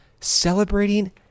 Celebrating